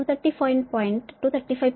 33 కోణం 4